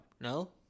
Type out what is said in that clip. No